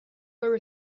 were